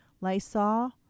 Lysol